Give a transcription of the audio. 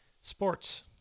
Sports